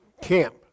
camp